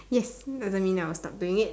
yes doesn't mean I'll stop doing it